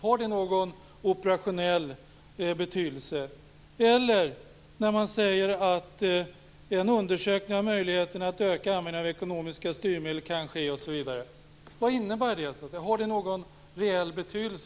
Har det någon operationell betydelse? Man säger också: "En undersökning av möjligheten att öka användningen av ekonomiska styrmedel kan ske -." Vad innebär det? Har det någon reell betydelse?